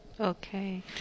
Okay